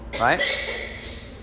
Right